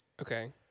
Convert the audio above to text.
Okay